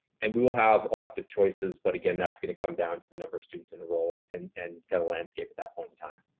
and we will have elective choices, but again, that's going to come down to the number of students enrolled and and kind of landscape at that point in time.